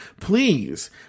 please